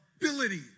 ability